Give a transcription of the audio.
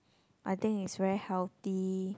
I think it's very healthy